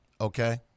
okay